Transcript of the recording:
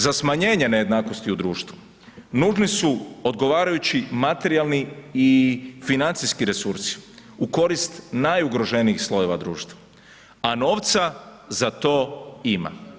Za smanjenje nejednakosti u društvu nužni su odgovarajući materijalni i financijski resursi u korist najugroženijih slojeva društva, a novca za to ima.